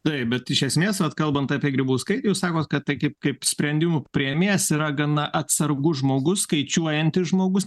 taip bet iš esmės kalbant apie grybauskaitę jūs sakot kad tai kaip kaip sprendimų priėmėjas yra gana atsargus žmogus skaičiuojantis žmogus